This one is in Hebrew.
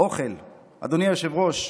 אדוני היושב-ראש,